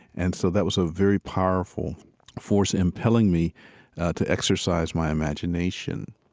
and so that was a very powerful force impelling me to exercise my imagination.